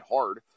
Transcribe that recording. hard